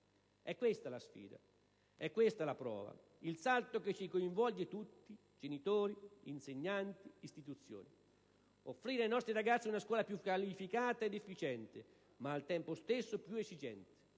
È questa la sfida. È questa la prova, il salto che ci coinvolge tutti, genitori, insegnanti, istituzioni: offrire ai nostri ragazzi una scuola più qualificata ed efficiente, ma al tempo stesso più esigente.